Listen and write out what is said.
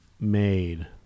made